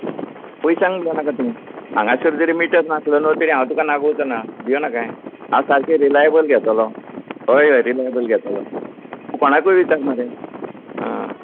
पयश्यांक भिवूं नाका तूं हांगासर जरीय मिटर नासलो तरीय हांव तुका नागवचो ना भियेंव नाकाय हांव सारको रिलायेबल घेतलो हय हय रिलायेबल घेतलो कोणाकय विचार मरे आं